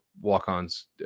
walk-ons